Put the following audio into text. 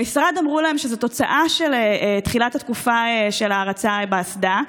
במשרד אמרו להם שזה תוצאה של תחילת התקופה של ההרצה באסדה,